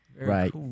right